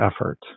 effort